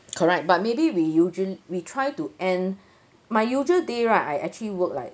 correct but maybe we usual~ we try to end my usual day right I actually work like